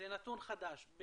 זה נתון חדש,